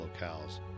locales